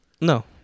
No